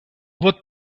вот